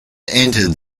entered